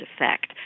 effect